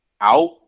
out